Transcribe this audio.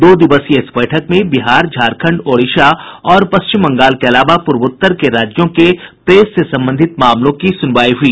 दो दिवसीय इस बैठक में बिहार झारखंड ओडिशा और पश्चिम बंगाल के अलावा पूर्वोत्तर के राज्यों के प्रेस से संबंधित मामलों की सुनवाई हुई